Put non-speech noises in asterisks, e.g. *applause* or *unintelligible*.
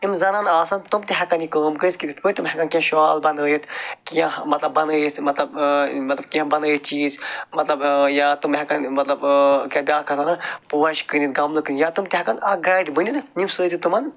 یِم زنانہٕ آسَن تِم تہِ ہیٚکَن یہِ کٲم کٔرِتھ کِتھ پٲٹھۍ تٕم ہیٚکَن کیٚنٛہہ شال بنٲیِتھ کیٚنٛہہ مطلب بنٲیِتھ مطلب ٲں مطلب کیٚنٛہہ بنٲیِتھ چیٖز مطلب ٲں یا تِم ہیٚکَن مطلب ٲں *unintelligible* پوش کٕنِتھ گملہٕ کٕنِتھ یا تٕم تہِ ہیٚکَن اَکھ گایِڈ بٔنِتھ ییٚمہِ سۭتۍ تِمَن